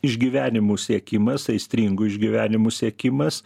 išgyvenimų siekimas aistringų išgyvenimų siekimas